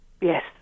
Yes